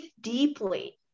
deeply